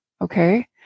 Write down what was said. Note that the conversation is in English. Okay